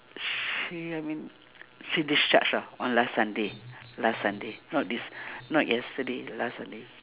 she I mean she discharged ah on last sunday last sunday not this not yesterday last sunday